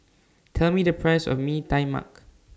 Tell Me The Price of Mee Tai Mak